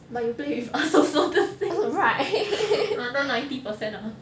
but you play with us also the same no wonder ninety percent ah